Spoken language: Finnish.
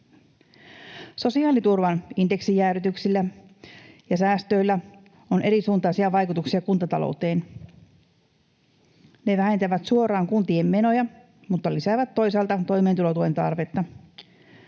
Sosiaaliturvan indeksijäädytyksillä ja säästöillä on erisuuntaisia vaikutuksia kuntatalou-teen. Ne vähentävät suoraan kuntien menoja mutta lisäävät toisaalta toimeentulotuen tarvetta.